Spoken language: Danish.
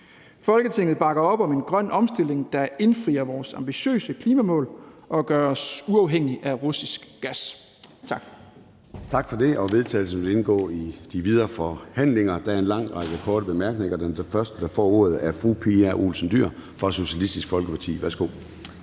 Folketinget bakker op om en grøn omstilling, der indfrier vores ambitiøse klimamål og gør os uafhængige af russisk gas.«